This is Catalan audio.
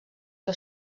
que